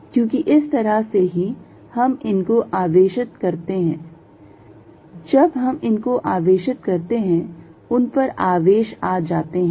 क्योंकि इस तरह से ही हम इनको आवेशित करते हैं जब हम इनको आवेशित करते हैं उन पर आवेश आ जाते हैं